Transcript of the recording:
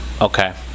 Okay